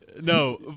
No